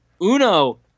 Uno